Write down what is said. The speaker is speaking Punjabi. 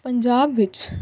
ਪੰਜਾਬ ਵਿੱਚ